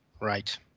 Right